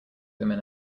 women